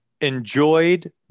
enjoyed